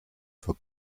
for